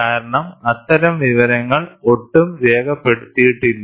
കാരണം അത്തരം വിവരങ്ങൾ ഒട്ടും രേഖപ്പെടുത്തിയിട്ടില്ല